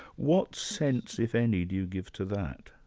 what sense, if any, do you give to that?